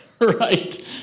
right